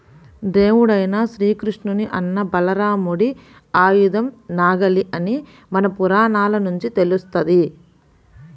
దేవుడైన శ్రీకృష్ణుని అన్న బలరాముడి ఆయుధం నాగలి అని మన పురాణాల నుంచి తెలుస్తంది